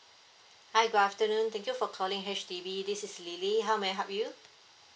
hi good afternoon thank you for calling H_D_B this is lily how may I help you